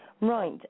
Right